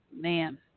man